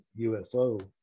UFO